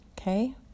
okay